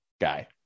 guy